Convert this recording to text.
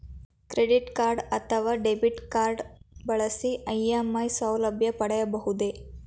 Credit card ಅಥವಾ debit card ಬಳಸಿ EMI ಸೌಲಭ್ಯ ಪಡೆಯಬಹುದೇ?